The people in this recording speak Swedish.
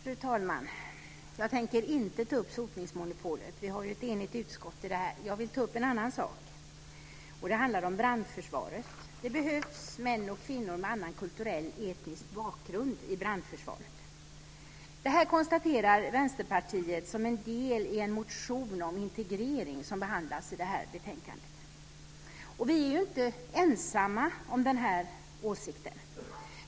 Fru talman! Jag tänker inte ta upp sotningsmonopolet. Vi har ett enigt utskott i den frågan. Jag vill ta upp en annan sak, och det är brandförsvaret. Det behövs män och kvinnor med annan kulturell och etnisk bakgrund i brandförsvaret. Detta konstaterar Vänsterpartiet som en del i en motion om integrering som behandlas i det här betänkandet. Vi är inte ensamma om den åsikten.